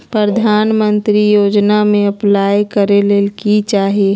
प्रधानमंत्री योजना में अप्लाई करें ले की चाही?